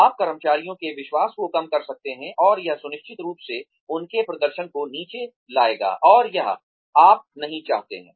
आप कर्मचारियों के विश्वास को कम कर सकते हैं और यह निश्चित रूप से उनके प्रदर्शन को नीचे लाएगा और यह आप नहीं चाहते हैं